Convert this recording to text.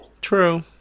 true